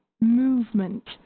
movement